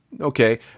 Okay